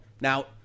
Now